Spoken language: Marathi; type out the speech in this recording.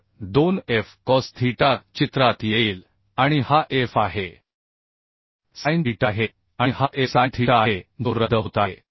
तर 2 एफ कॉस थीटा चित्रात येईल आणि हा एफ आहे साइन थीटा आहे आणि हा F साइन थीटा आहे जो रद्द होत आहे